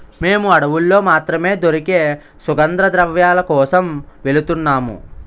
మేము అడవుల్లో మాత్రమే దొరికే సుగంధద్రవ్యాల కోసం వెలుతున్నాము